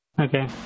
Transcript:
Okay